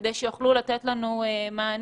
כדי שיוכלו לתת לנו מענה.